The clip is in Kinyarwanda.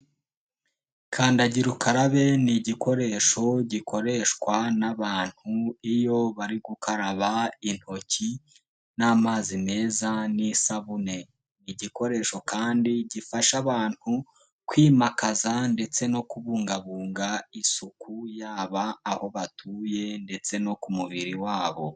Kandagira ukarabe ni igikoresho gikoreshwa n'abantu, iyo bari gukaraba intoki n'amazi meza n'isabune. Igikoresho kandi gifasha abantu kwimakaza ndetse no kubungabunga isuku, yaba aho batuye ndetse no ku mubiri wabo.